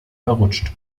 verrutscht